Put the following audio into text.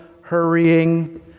hurrying